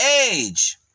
age